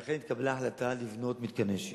ואכן התקבלה החלטה לבנות מתקני שהייה,